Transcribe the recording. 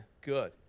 good